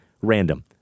random